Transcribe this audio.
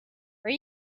are